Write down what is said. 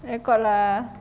record lah